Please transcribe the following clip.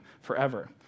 forever